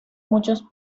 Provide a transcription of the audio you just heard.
muchos